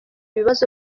ibibazo